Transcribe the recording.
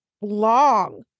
long